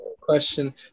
question